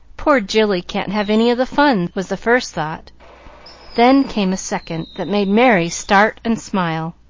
poor jilly can't have any of the fun, was the first thought then came a second, that made merry start and smile,